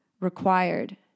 required